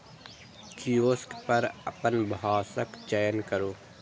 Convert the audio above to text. kiosk पर अपन भाषाक चयन करू